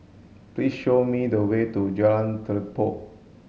please show me the way to Jalan Telipok